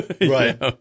Right